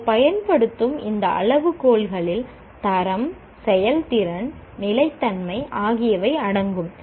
நாங்கள் பயன்படுத்தும் இந்த அளவுகோல்களில் தரம் செயல்திறன் நிலைத்தன்மை ஆகியவை அடங்கும்